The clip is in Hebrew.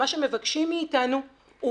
מה שמבקשים מאתנו,